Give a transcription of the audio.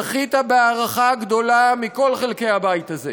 זכית בהערכה גדולה מכל חלקי הבית הזה